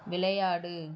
விளையாடு